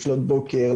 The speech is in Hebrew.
לפנות בוקר,